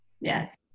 Yes